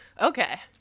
okay